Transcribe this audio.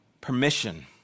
permission